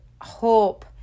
hope